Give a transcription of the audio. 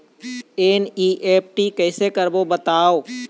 NEFT कैसे करबो बताव?